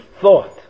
thought